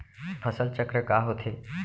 फसल चक्र का होथे?